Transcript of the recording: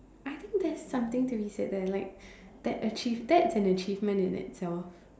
I think that's something to be said that like that achieve that then achievement in it or